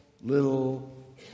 little